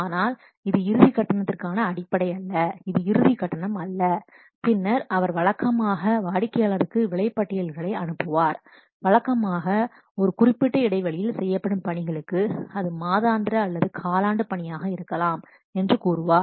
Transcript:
ஆனால் இது இறுதிக் கட்டணத்திற்கான அடிப்படை அல்ல இது இறுதி கட்டணம் அல்ல பின்னர் அவர் வழக்கமாக வாடிக்கையாளருக்கு விலைப்பட்டியல்களை அனுப்புவார் வழக்கமான ஒரு குறிப்பிட்ட இடைவெளியில் செய்யப்படும் பணிகளுக்கு அது மாதாந்திர அல்லது காலாண்டு பணியாக இருக்கலாம் என்று கூறுவார்